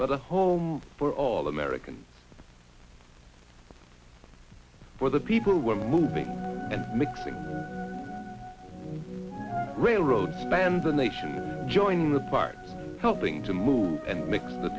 but a home for all americans for the people were moving and mixing railroads spend the nation join the party helping to move and mix the